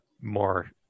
more